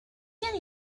gen